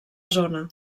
zona